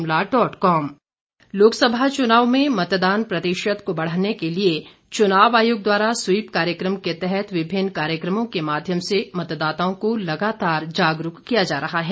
SVEEP कार्यक्रम लोकसभा चुनाव में मतदान प्रतिशत को बढ़ने के लिए चुनाव आयोग द्वारा स्वीप कार्यक्रम के तहत विभिन्न कार्यक्रमों के माध्यम से मतदाताओं को लगातार जागरूक किया जा रहा है